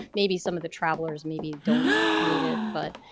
maybe some of the travellers maybe don't need it, but